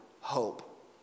hope